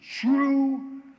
True